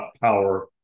power